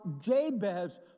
Jabez